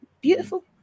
Beautiful